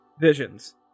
visions